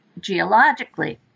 geologically